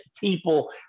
people